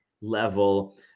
level